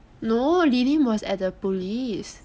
no lilin was at the police